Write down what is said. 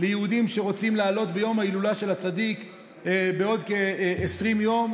ליהודים שרוצים לעלות ביום ההילולה של הצדיק בעוד כ-20 יום,